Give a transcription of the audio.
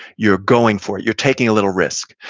you're going for it. you're taking a little risk.